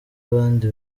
abandi